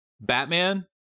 Batman